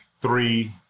three